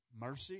Mercy